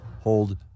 hold